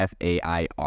FAIR